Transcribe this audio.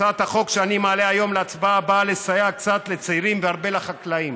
הצעת החוק שאני מעלה היום להצבעה באה לסייע קצת לצעירים והרבה לחקלאים.